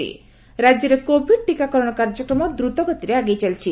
ଅନ୍ୟପକ୍ଷରେ ରାକ୍ୟରେ କୋଭିଡ୍ ଟିକାକରଣ କାର୍ଯ୍ୟକ୍ରମ ଦ୍ରତଗତିରେ ଆଗେଇ ଚାଲିଛି